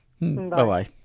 Bye-bye